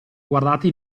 guardate